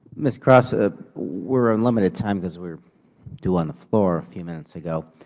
ms. cross, ah we're on limited time because we're due on the floor a few minutes ago.